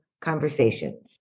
Conversations